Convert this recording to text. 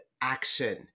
action